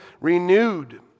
renewed